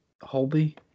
Holby